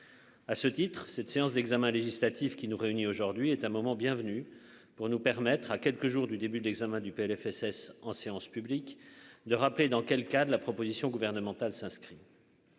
à ce titre-cette séance d'examen législatif qui nous réunit aujourd'hui est un moment bienvenue pour nous permettre, à quelques jours du début de l'examen du PLFSS en séance publique de rappeler dans quel cadre de la proposition gouvernementale s'inscrit.